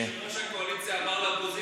לא זכור לי שיושב-ראש הקואליציה עבר לאופוזיציה.